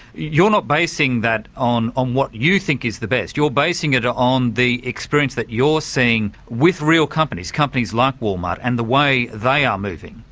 you're not basing that on on what you think is the best, you're basing it on the experience that you're seeing with real companies, companies like walmart and the way they are moving.